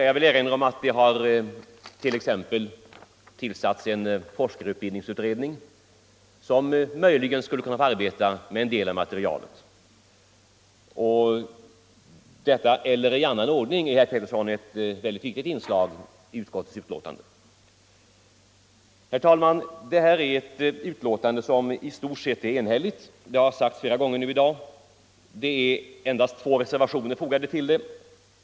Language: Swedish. Jag vill erinra om att det tillsatts t.ex. en forskarutbildningsutredning som möjligen skulle kunna arbeta med en del av materialet. Orden ”eller i annan ordning” är, herr Pettersson, ett viktigt inslag i utskottets betänkande. Herr talman! Utskottets betänkande är i stort sett enhälligt, såsom har sagts flera gånger i dag. Endast två reservationer är fogade till det.